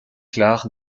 clar